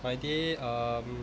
my day um